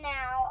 Now